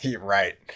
right